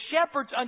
shepherds